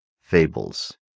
fables